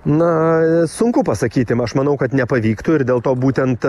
na sunku pasakyti aš manau kad nepavyktų ir dėl to būtent